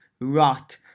rot